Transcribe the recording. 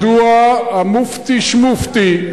מדוע המופתי-שמופתי,